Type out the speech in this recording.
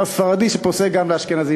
רב ספרדי שפוסק גם לאשכנזים.